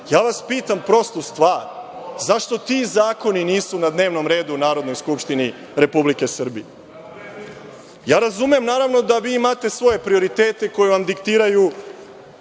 vas prostu stvar, zašto ti zakoni nisu na dnevnom redu u Narodnoj skupštini Republike Srbije? Razumem naravno, da vi imate svoje prioritete koje vam diktiraju